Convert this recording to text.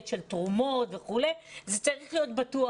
של תרומות אלא זה צריך להיות בטוח,